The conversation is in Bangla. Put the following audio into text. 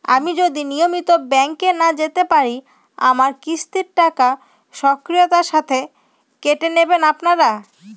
আমি যদি নিয়মিত ব্যংকে না যেতে পারি আমার কিস্তির টাকা স্বকীয়তার সাথে কেটে নেবেন আপনারা?